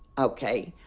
ok?